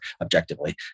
objectively